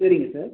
சரிங்க சார்